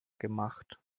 gemacht